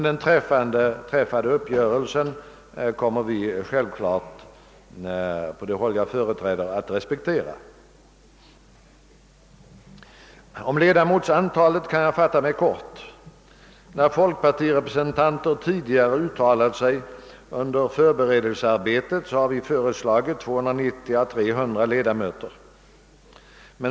Den träffade uppgörelsen kommer vi på folkpartihåll självfallet att respektera vid dagens votering. Om ledamotsantalet kan jag fatta mig kort. Folkpartiets representanter har under förberedelsearbetet föreslagit 290 å 300 ledamöter.